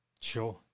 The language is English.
Sure